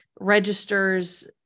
registers